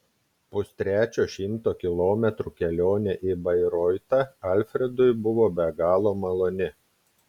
pustrečio šimto kilometrų kelionė į bairoitą alfredui buvo be galo maloni